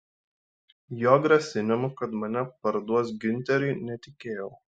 jo grasinimu kad mane parduos giunteriui netikėjau